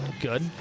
Good